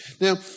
Now